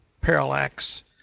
parallax